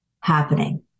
happening